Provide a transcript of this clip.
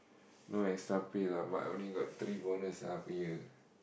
no extra pay lah but I only got three bonus ah per year